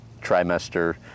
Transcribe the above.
trimester